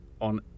on